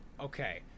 Okay